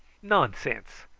nonsense!